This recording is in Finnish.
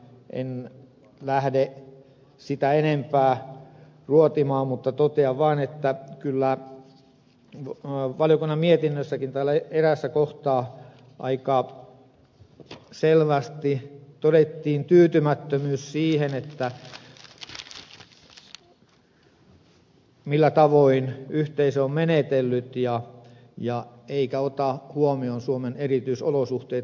en lähde sitä enempää ruotimaan mutta totean vaan että kyllä valiokunnan mietinnössäkin eräässä kohtaa aika selvästi todettiin tyytymättömyys siihen millä tavoin yhteisö on menetellyt eikä ota huomioon suomen erityisolosuhteita